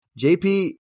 JP